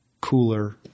cooler